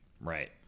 right